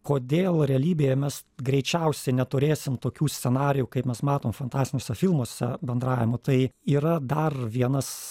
kodėl realybėje mes greičiausiai neturėsim tokių scenarijų kaip mes matom fantastiniuose filmuose bendravimo tai yra dar vienas